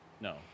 No